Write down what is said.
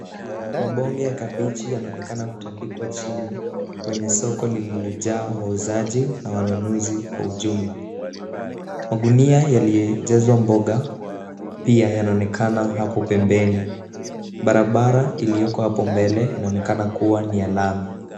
Mabonge ya kabiji yanaonekana kutandikwa chini kwenye soko lililojaa wauzaji na wanunuzi kwa ujumla. Magunia yaliyojazwa mboga pia yanaonekana hapo pembeni. Barabara iliyoko hapo mbele inaonekana kuwa ni ya lami.